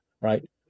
right